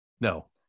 No